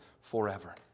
forever